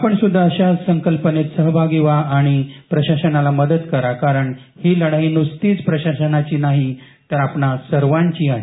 आपण स्द्धा अश्याच संकल्पाने सहभागी व्हा आणि प्रशासनाला मदत करा कारण ही लढाई नुसतीच प्रशासनाची नाही तर आपणा सर्वांची आहे